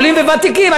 עולים וותיקים,